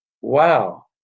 wow